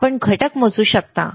आपण घटक मोजू शकता